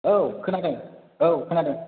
औ खोनादों औ खोनादों